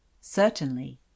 Certainly